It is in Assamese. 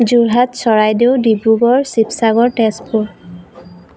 যোৰহাট চৰাইদেউ ডিব্ৰুগড় শিৱসাগৰ তেজপুৰ